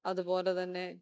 അതുപോലെ തന്നെ